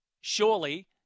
surely